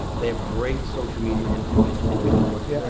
ah they have great social media, individuals individuals working yeah